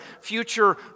future